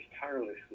tirelessly